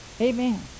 Amen